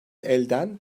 elden